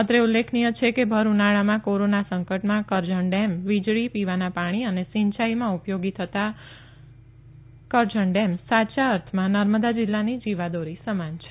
અત્રે ઉલ્લેખનીય છે કે ભર ઉનાળામાં કોરોના સંકટમાં કરજણ ડેમ વીજળી પીવાના પાણીના અને સિંચાઇમાં ઉપયોગી થતાં કરજણ ડેમ સાચા અર્થમાં નર્મદા જીલ્લાની જીવાદોરી સમાન છે